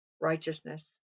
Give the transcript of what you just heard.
righteousness